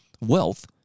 wealth